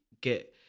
get